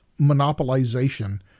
monopolization